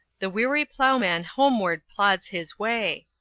the weary ploughman homeward plods his way.